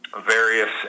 Various